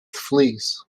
fleas